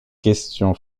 questions